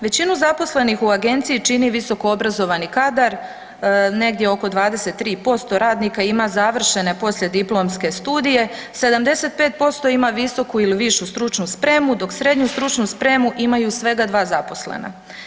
Većinu zaposlenih u agenciji čini visokoobrazovani kadar, negdje oko 23% radnika ima završene poslijediplomske studije, 75% ima visoku ili višu stručnu spremu, dok srednju stručnu spremu imaju svega 2 zaposlena.